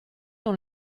dans